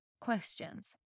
questions